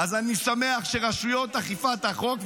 אז אני שמח שרשויות אכיפת החוק,